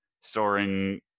soaring